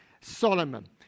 Solomon